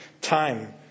time